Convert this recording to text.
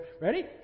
Ready